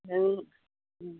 नों